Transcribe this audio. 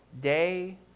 day